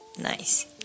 Nice